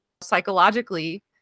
psychologically